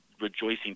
rejoicing